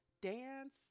Dance